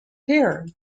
pier